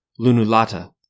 lunulata